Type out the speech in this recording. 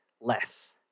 less